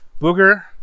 booger